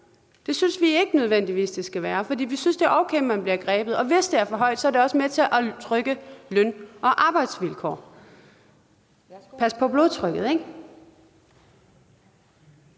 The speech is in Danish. Det synes vi ikke nødvendigvis det skal være, for vi synes, det er okay, at man bliver grebet. Og hvis det er for højt, er det også med til at trykke løn- og arbejdsvilkår. Pas på blodtrykket, ikke?